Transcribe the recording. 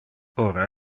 ora